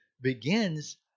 begins